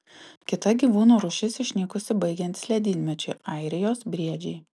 kita gyvūnų rūšis išnykusi baigiantis ledynmečiui airijos briedžiai